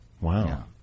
Wow